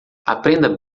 aprenda